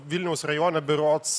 vilniaus rajone berods